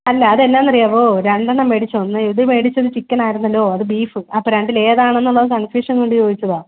അല്ല അതെന്നാന്നറിയാവോ രണ്ടെണ്ണം മേടിച്ചു ഒന്ന് ഇത് മേടിച്ചത് ചിക്കനായിരുന്നല്ലോ അത് ബീഫ് അപ്പോൾ രണ്ടിലേതാണെന്നുള്ളത് കൺഫ്യൂഷൻ കൊണ്ട് ചോദിച്ചതാണ്